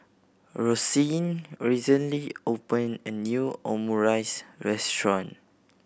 Roseanne recently opened a new Omurice Restaurant